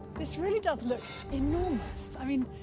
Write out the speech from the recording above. this really does look enormous. i mean,